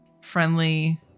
Friendly